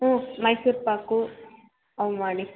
ಹ್ಞೂ ಮೈಸೂರು ಪಾಕು ಅವು ಮಾಡಿ